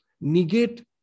negate